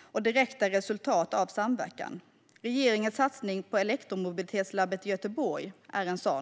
och direkta resultat av samverkan. Regeringens satsning på elektromobilitetslabbet i Göteborg är ett exempel.